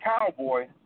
cowboy